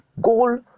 goal